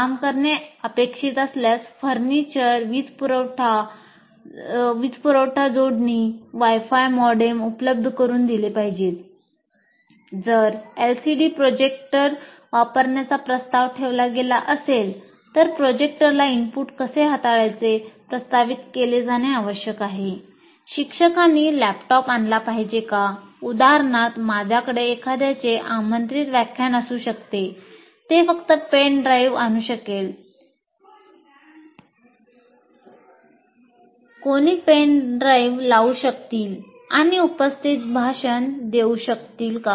कोणी pen drive लावून शकतील आणि उपस्थित भाषण देऊ शकतो का